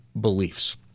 beliefs